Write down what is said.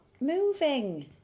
moving